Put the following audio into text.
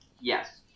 Yes